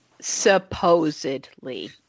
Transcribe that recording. Supposedly